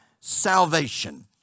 salvation